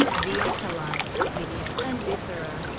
the acolytes, mideon, and viscera.